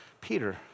Peter